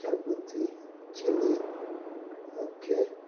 शागुती चिली ओके